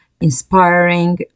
inspiring